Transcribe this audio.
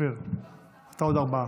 אופיר, אתה עוד ארבעה.